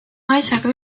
naisega